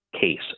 case